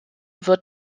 wird